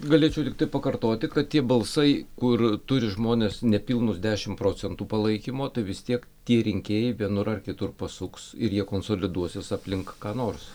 galėčiau tiktai pakartoti kad tie balsai kur turi žmonės nepilnus dešimt procentų palaikymo tai vis tiek tie rinkėjai vienur ar kitur pasuks ir jie konsoliduosis aplink ką nors